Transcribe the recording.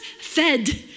fed